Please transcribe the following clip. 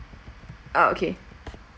ah okay